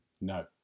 No